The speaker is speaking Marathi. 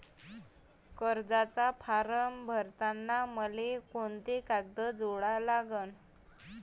कर्जाचा फारम भरताना मले कोंते कागद जोडा लागन?